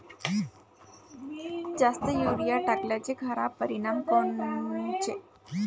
जास्त युरीया टाकल्याचे खराब परिनाम कोनचे?